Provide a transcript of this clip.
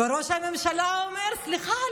וראש הממשלה אומר: סליחה,